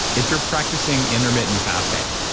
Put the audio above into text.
if you're practicing intermittent fasting,